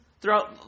throughout